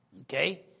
Okay